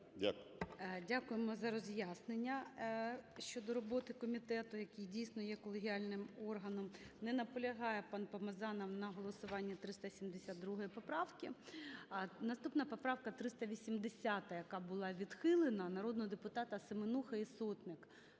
Дякуємо за роз'яснення щодо роботи комітету, який дійсно є колегіальним органом. Не наполягає пан Помазанов на голосуванні 372 поправки. Наступна поправка - 380, яка була відхилена, народного депутата Семенухи і Сотник.